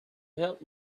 help